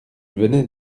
venait